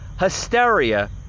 hysteria